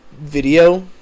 video